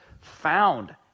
found